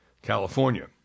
California